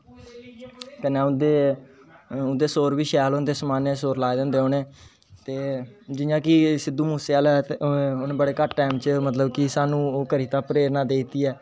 कन्नै उंदे सुर वी शैल होंदे समाने सुर लाए दे होंदे उनें ते जियां सिद्धु मुसे आह्ले हे ते उनें मतलब वड़ा घट्ट टाईम च कि सानू करी दिता प्रेरणा देी दिती ऐ